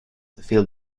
fill